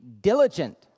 diligent